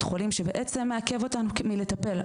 החולים שבעצם מעכבות אותנו מלטפל.